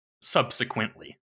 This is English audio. subsequently